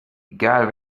egal